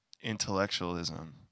intellectualism